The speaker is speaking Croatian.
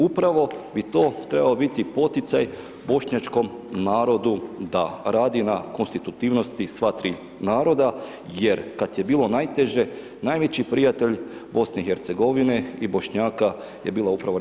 Upravo bi to trebao biti poticaj bošnjačkom narodu da radi na konstitutivnosti sva tri naroda, jer kad je bilo najteže najveći prijatelj BiH i bošnjaka je bila upravo RH.